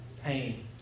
pain